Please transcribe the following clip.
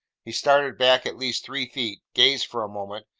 he started back at least three feet, gazed for a moment,